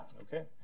Okay